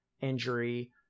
injury